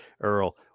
earl